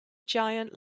giant